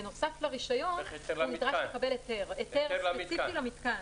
בנוסף לרישיון הוא נדרש לקבל היתר ספציפי למתקן.